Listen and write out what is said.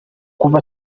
kuva